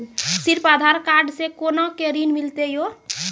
सिर्फ आधार कार्ड से कोना के ऋण मिलते यो?